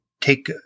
take